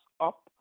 up